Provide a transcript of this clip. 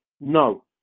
No